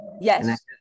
yes